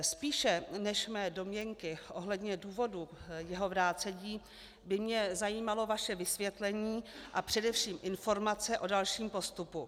Spíše než mé domněnky ohledně důvodů jeho vrácení by mě zajímalo vaše vysvětlení a především informace o dalším postupu.